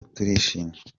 turishimye